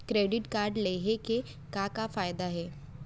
Credit card लेहे के का का फायदा हे?